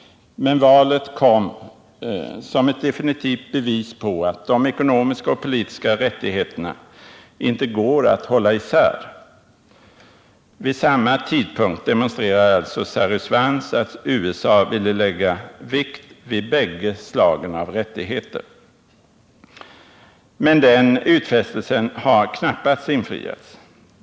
Men valet där kom som ett definitivt bevis på att de ekonomiska och politiska rättigheterna inte går att hålla isär. Vid samma tidpunkt demonstrerade Cyrus Vance att USA ville lägga vikt vid bägge slagen av rättigheter. Men den utfästelsen har knappast infriats.